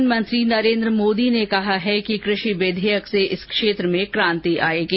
प्रधानमंत्री नरेन्द्र मोदी ने कहा है कि कृषि विधेयक से इस क्षेत्र में क्रांति आएगी